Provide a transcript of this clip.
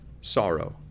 sorrow